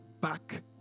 back